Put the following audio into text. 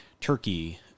turkey